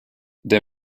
der